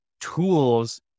tools